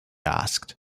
asked